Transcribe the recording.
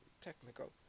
technical